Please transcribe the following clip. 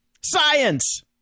Science